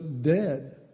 dead